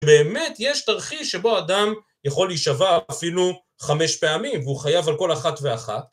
באמת יש תרחיש שבו אדם יכול להישבע אפילו חמש פעמים והוא חייב על כל אחת ואחת.